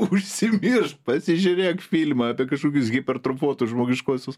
užsimiršk pasižiūrėk filmą apie kažkokius hipertrofuotus žmogiškuosius